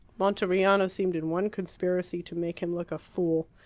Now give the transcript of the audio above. monteriano seemed in one conspiracy to make him look a fool.